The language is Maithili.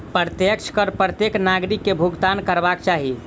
प्रत्यक्ष कर प्रत्येक नागरिक के भुगतान करबाक चाही